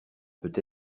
peut